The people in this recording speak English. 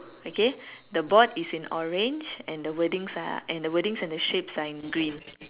okay the board is in orange and the wordings are and the wordings and the shapes are in green